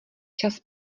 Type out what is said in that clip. čas